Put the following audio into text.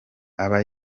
aba